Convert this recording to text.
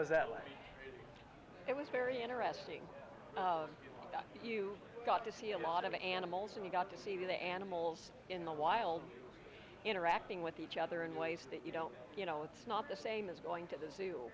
was that like it was very interesting you got to see a lot of animals and you got to see the animals in the wild interacting with each other in ways that you don't you know it's not the same as going to the zoo